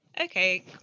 Okay